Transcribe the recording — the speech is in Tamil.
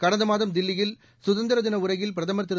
கடந்த மாதம் தில்லியில் சுதந்திர தின உரையில் பிரதமர் திரு